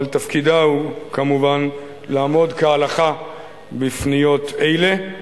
אבל תפקידה הוא כמובן לעמוד כהלכה בפניות אלה.